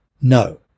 No